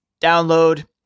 download